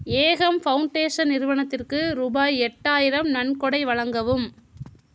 ஏகம் foundation நிறுவனத்திற்க்கு ரூபாய் எட்டாயிரம் நன்கொடை வழங்கவும்